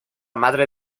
madre